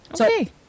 Okay